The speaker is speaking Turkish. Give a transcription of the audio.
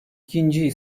ikinci